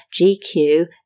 GQ